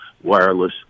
wireless